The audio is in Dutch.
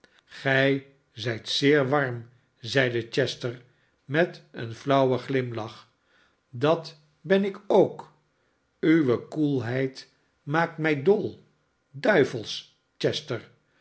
gij zijt zeer warm zeide chester met een flauwen glimlach dat ben ik k uwe koelheid maakt mij dol duivels chester